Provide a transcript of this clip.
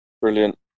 Brilliant